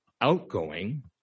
outgoing